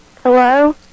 Hello